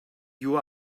you